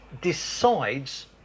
decides